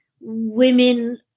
women